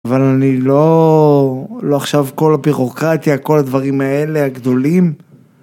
אבל אני לא, לא עכשיו כל הבירוקרטיה, כל הדברים האלה הגדולים.